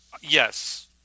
yes